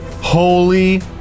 Holy